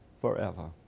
forever